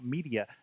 Media